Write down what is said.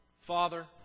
Father